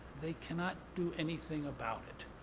they cannot do anything about it.